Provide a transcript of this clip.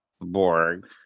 Borg